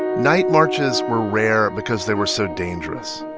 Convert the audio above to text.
night marches were rare because they were so dangerous.